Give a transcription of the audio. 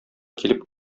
килеп